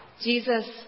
Jesus